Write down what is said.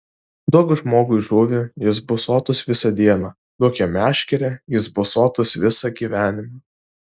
duok žmogui žuvį jis bus sotus visą dieną duok jam meškerę jis bus sotus visą gyvenimą